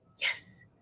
Yes